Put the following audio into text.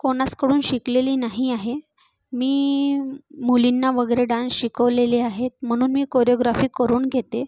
कोणाचकडून शिकलेली नाही आहे मी मुलींना वगैरे डान्स शिकवलेले आहेत म्हणून मी कोरियोग्राफी करून घेते